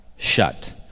Shut